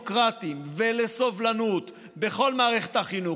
חסר חינוך לערכים דמוקרטיים ולסובלנות בכל מערכת החינוך,